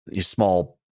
small